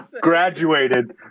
Graduated